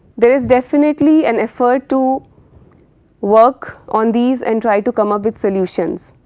there is definitely an effort to work on these and try to come up with solutions.